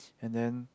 and then